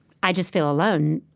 i just feel alone.